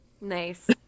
Nice